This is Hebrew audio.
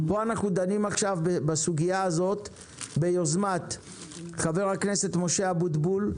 אנחנו דנים עכשיו בסוגיה הזאת ביוזמת חבר הכנסת מושה אבוטבול,